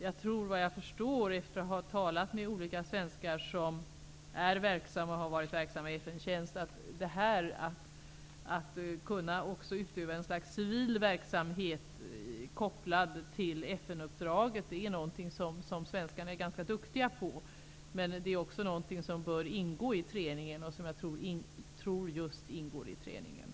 Såvitt jag förstår, efter att ha talat med olika svenskar som är, och har varit, verksamma i FN-tjänst, är det här med att också kunna utöva ett slags civil verksamhet kopplad till FN-uppdraget nog något som svenskarna är ganska duktiga på. Men det är också något som bör ingå i träningen -- och det tror jag också att det gör.